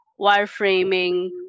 wireframing